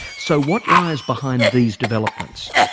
so what lies behind these developments?